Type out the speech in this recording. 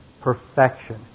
perfection